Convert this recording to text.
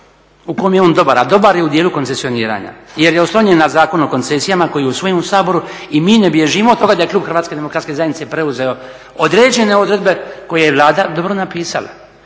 u kojem je on dobar, a dobar je u dijelu koncesioniranja jer je oslonjen na Zakon o koncesijama koji je usvojen u Saboru. I mi ne bježimo od toga da je klub HDZ-a preuzeo određene odredbe koje je Vlada dobro napisala.